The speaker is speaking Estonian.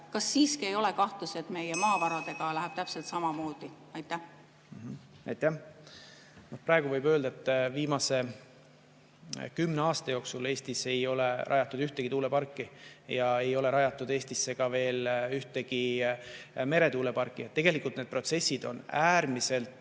kas siiski ei ole kahtlus, et meie maavaradega läheb täpselt samamoodi? Aitäh! Praegu võib öelda, et viimase kümne aasta jooksul ei ole Eestis rajatud ühtegi tuuleparki, ei ole rajatud ka ühtegi meretuuleparki. Tegelikult need protsessid on äärmiselt